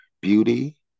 beauty